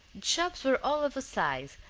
shops were all of a size,